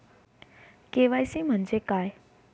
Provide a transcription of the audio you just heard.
KYC म्हंजे काय?